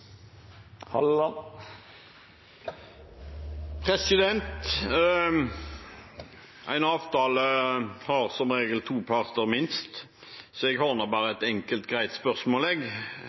En avtale har som regel minst to parter, så jeg har bare et enkelt, greit